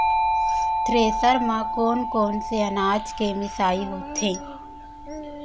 Thresher म कोन कोन से अनाज के मिसाई होथे?